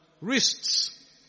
wrists